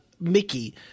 Mickey